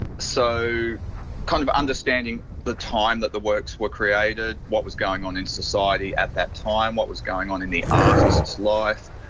so kind of understanding the time that the works were created, what was going on in society at that time, what was going on in the artist's life.